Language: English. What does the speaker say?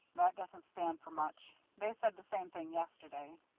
that doesn't stand for much. they said the same thing yesterday.